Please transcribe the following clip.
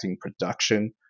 production